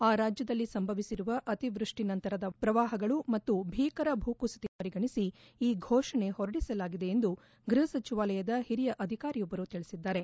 ಆ ರಾಜ್ಯದಲ್ಲಿ ಸಂಭವಿಸಿರುವ ಅತಿವ್ವಷ್ಟಿ ನಂತರದ ಪ್ರವಾಹಗಳು ಮತ್ತು ಭೀಕರ ಭೂಕುಸಿತದ ತೀವ್ರತೆಯನ್ನು ಪರಿಗಣಿಸಿ ಈ ಘೋಷಣೆ ಹೊರಡಿಸಲಾಗಿದೆ ಎಂದು ಗ್ಟಪಸಚಿವಾಲಯದ ಒರಿಯ ಅಧಿಕಾರಿಯೊಬ್ಬರು ತಿಳಿಸಿದ್ದಾರೆ